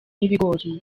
ibigori